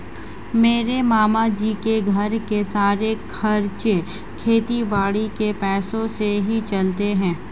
मेरे मामा जी के घर के सारे खर्चे खेती बाड़ी के पैसों से ही चलते हैं